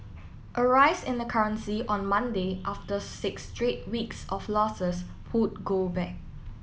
a rise in the currency on Monday after six straight weeks of losses pulled gold back